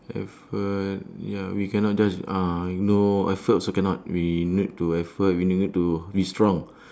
effort ya we cannot just uh no effort also cannot we need to effort we need it to be strong